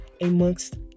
amongst